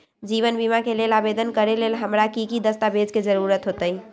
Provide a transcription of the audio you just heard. जीवन बीमा के लेल आवेदन करे लेल हमरा की की दस्तावेज के जरूरत होतई?